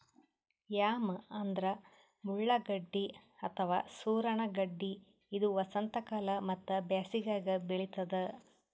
yam ಅಂದ್ರ ಮುಳ್ಳಗಡ್ಡಿ ಅಥವಾ ಸೂರಣ ಗಡ್ಡಿ ಇದು ವಸಂತಕಾಲ ಮತ್ತ್ ಬ್ಯಾಸಿಗ್ಯಾಗ್ ಬೆಳಿತದ್